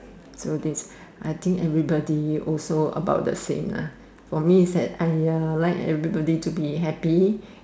so this I think everybody also about the same lah for me is that !aiya! I like everybody to be happy